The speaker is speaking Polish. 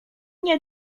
nie